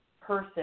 person